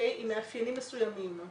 עם מאפיינים מסוימים,